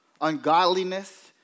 ungodliness